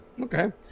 okay